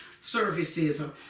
services